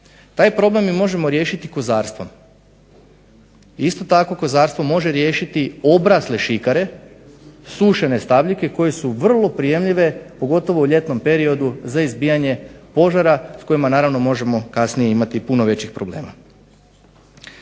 Taj problem mi možemo riješiti kozarstvom. Isto tako kozarstvo može riješiti obrasle šikare, sušene stabljike koje su vrlo … pogotovo u ljetnom periodu za izbijanje požara s kojima naravno kasnije možemo imati puno većih problema.